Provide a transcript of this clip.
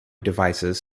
devices